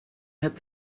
het